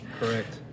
Correct